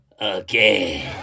again